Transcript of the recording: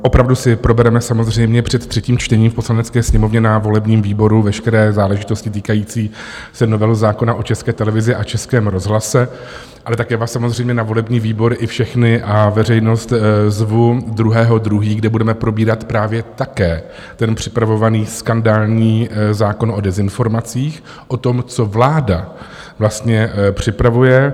Opravdu si probereme samozřejmě před třetím čtení v Poslanecké sněmovně na volebním výboru veškeré záležitosti týkající se novely zákona o České televizi a Českém rozhlase, ale také vás samozřejmě na volební výbor i všechny a veřejnost zvu 2. 2., kde budeme probírat právě také ten připravovaný skandální zákon o dezinformacích, o tom, co vláda připravuje.